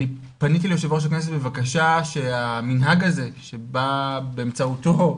אני פניתי ליושב ראש הכנסת בבקשה שהמנהג הזה שבא באמצעותו,